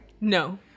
No